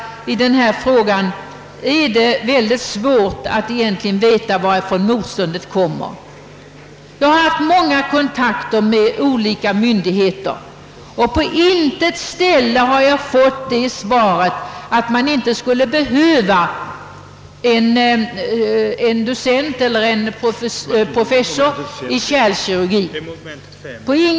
I denna fråga är det mycket svårt att egentligen veta var motståndet finns. Jag har haft många kontakter med olika myndigheter, och ingenstans har jag fått svaret, att man inte skulle behöva en docent eller professor i kärlkirurgi.